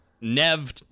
nev